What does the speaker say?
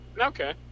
Okay